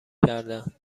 کردن